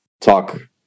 talk